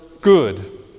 good